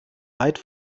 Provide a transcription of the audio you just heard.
weit